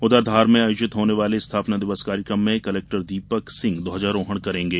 उधर धार में आयोजित होने वाले स्थापना दिवस कार्यक्रम में कलेक्टर दीपक सिंह ध्वजारोहण करेंगे